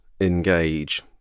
engage